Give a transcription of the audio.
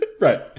Right